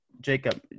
Jacob